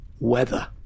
weather